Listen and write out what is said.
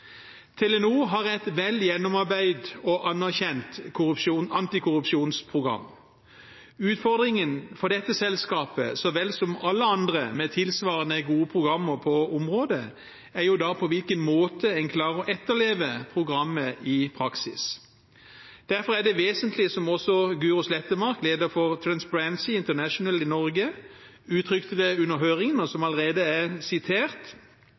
har et vel gjennomarbeidet og anerkjent antikorrupsjonsprogram. Utfordringen for dette selskapet, så vel som for alle andre med tilsvarende gode programmer på området, er på hvilken måte en klarer å etterleve programmet i praksis. Derfor er det vesentlig – som også Guro Slettemark, leder for Transparency International Norge, uttrykte det under høringen, og som allerede er sitert